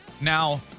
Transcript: Now